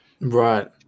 Right